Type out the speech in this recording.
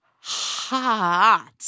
hot